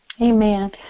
Amen